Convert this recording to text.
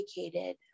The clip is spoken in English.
educated